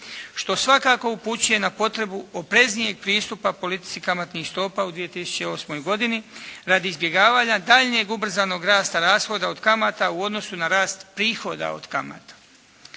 što svakako upućuje na potrebu opreznijeg pristupa politici kamatnih stopa u 2008. godini radi izbjegavanja daljnjeg ubrzanog rasta rashoda od kamata u odnosu na rast prihoda od kamata.